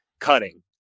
cutting